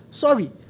Sorry